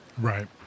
right